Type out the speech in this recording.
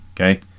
okay